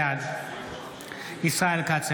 בעד ישראל כץ,